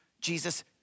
Jesus